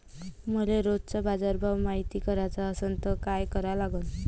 मले रोजचा बाजारभव मायती कराचा असन त काय करा लागन?